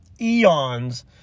eons